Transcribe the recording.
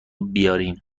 بیارین